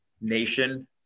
nation